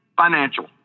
financial